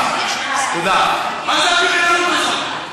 מה הבריונות הזאת?